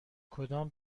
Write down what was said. کدام